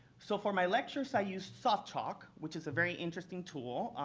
so for my lectures, i use softalk, which is a very interesting tool.